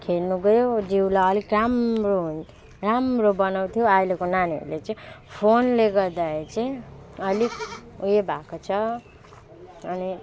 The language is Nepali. खेल्नु गयो जिउलाई अलिक राम्रो हुन्थ्यो राम्रो बनाउँथ्यो अहिलेको नानीहरूले चाहिँ फोन गर्दाखेरि चाहिँ अलिक ऊ यो भएको छ अनि